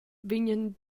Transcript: vegnan